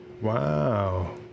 Wow